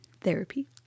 therapy